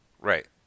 Right